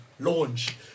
launch